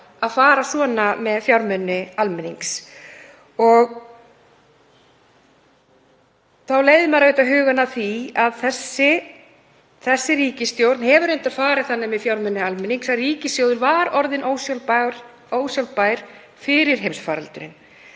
að fara svona með fjármuni almennings. Og þá leiðir maður auðvitað hugann að því að þessi ríkisstjórn hefur reyndar farið þannig með fjármuni almennings að ríkissjóður var orðinn ósjálfbær fyrir heimsfaraldur.